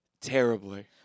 terribly